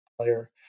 player